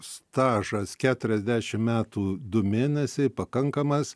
stažas keturiasdešim metų du mėnesiai pakankamas